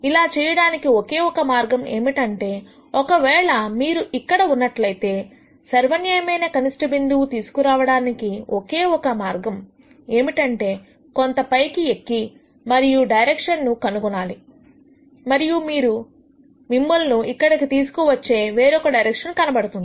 ఇలా చేయడానికి ఒకే ఒక మార్గం ఏమిటంటే ఒకవేళ మీరు ఇక్కడ ఉన్నట్లయితేసర్వన్వయమైన కనిష్ట బిందువు తీసుకునిరావడానికి ఒకే ఒక మార్గం ఏమిటంటే కొంత పైకి ఎక్కి మరియు డైరెక్షన్స్ ను కనుగొనాలి మరియు మీకు మిమ్మలను ఇక్కడకు తీసుకు వచ్చే వేరొక డైరెక్షన్ కనబడుతుంది